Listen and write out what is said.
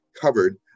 covered